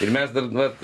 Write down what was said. ir mes dar vat